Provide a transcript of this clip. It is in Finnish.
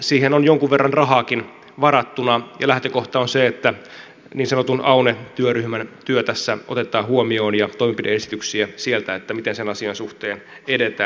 siihen on jonkun verran rahaakin varattuna ja lähtökohta on se että niin sanotun aune työryhmän työ tässä otetaan huomioon ja toimenpide esityksiä sieltä miten sen asian suhteen edetään